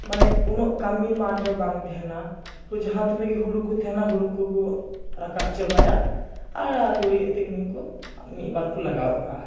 ᱢᱟᱱᱮ ᱩᱱᱟᱹᱜ ᱠᱟᱹᱢᱤ ᱢᱟᱴ ᱨᱮ ᱵᱟᱝ ᱛᱟᱦᱮᱱᱟ ᱦᱳᱭ ᱡᱟᱦᱟᱸ ᱛᱤᱱᱟᱹᱜ ᱜᱮ ᱦᱳᱲᱳ ᱠᱚ ᱛᱟᱦᱮᱱᱟ ᱦᱳᱲᱳ ᱠᱚ ᱠᱚ ᱨᱟᱠᱟᱵᱽ ᱪᱟᱵᱟᱭᱟ ᱟᱨ ᱛᱩᱲᱤ ᱛᱤᱞᱢᱤᱧ ᱠᱚ ᱢᱤᱫ ᱵᱟᱨ ᱠᱚ ᱞᱟᱜᱟᱣ ᱠᱟᱜᱼᱟ